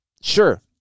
Sure